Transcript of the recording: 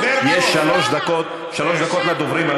יש שלוש דקות לדוברים,